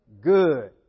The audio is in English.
good